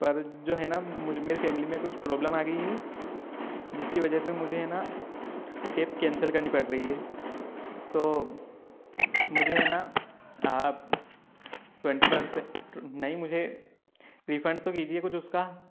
पर जो है न मेरे फैमिली में कुछ प्रॉब्लम आ गई है जिसके वजह से मुझे है न वो कैब कैंसिल करनी पड़ रही है तो मुझे है न आप ट्वेन्टी परसेट नहीं मुझे रिफंड तो कीजिए कुछ उसका